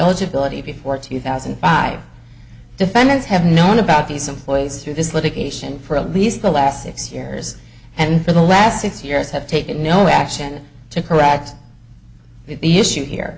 eligibility before two thousand and five defendants have known about these employees through this litigation for a least the last six years and for the last six years have taken no action to correct the issue here